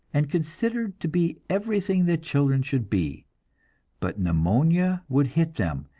and considered to be everything that children should be but pneumonia would hit them,